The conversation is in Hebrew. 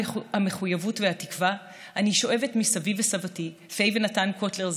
המחויבות והתקווה אני שואבת מסבי וסבתי פיי ונתן קוטלר,